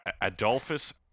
Adolphus